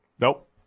Nope